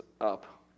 up